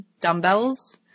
dumbbells